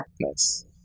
Nice